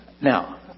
now